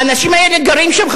האנשים האלה גרים שם,